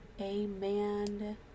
amen